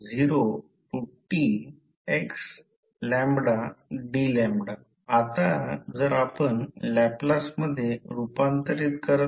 म्हणून याला magnetomotive force म्हणून ओळखले जाते कधीकधी त्याला m m f असे म्हणतात म्हणून मॅग्नेटोमोटिव्ह फोर्स